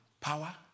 power